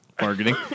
marketing